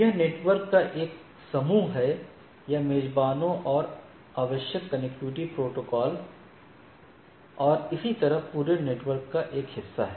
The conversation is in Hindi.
यह नेटवर्क का एक समूह है या मेजबानों और आवश्यक कनेक्टिविटी प्रोटोकॉल और इसी तरह पूरे नेटवर्क का एक हिस्सा है